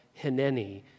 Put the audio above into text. hineni